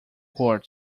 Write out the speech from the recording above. court